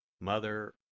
Mother